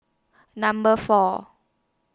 Number four